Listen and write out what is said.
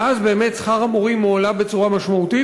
ואז באמת שכר המורים הועלה בצורה משמעותית